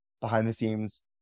behind-the-scenes